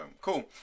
cool